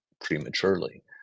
prematurely